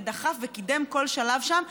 ודחף וקידם כל שלב שם,